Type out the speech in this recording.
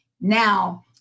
now